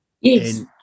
Yes